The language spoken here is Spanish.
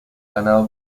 ganado